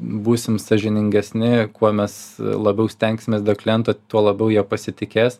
būsim sąžiningesni kuo mes labiau stengsimės dėl kliento tuo labiau jie pasitikės